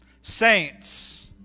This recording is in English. Saints